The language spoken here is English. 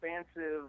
expansive